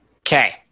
Okay